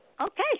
Okay